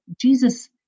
Jesus